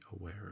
aware